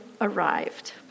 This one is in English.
arrived